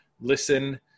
listen